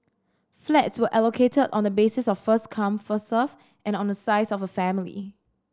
flats were allocated on the basis of first come first served and on the size of a family